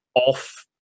off